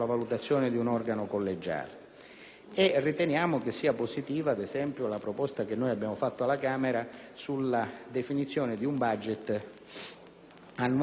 e riteniamo che sia positiva, ad esempio, la proposta che abbiamo fatto alla Camera, di definizione di un *budget* annuale di massima per ciascuna procura